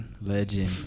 Legend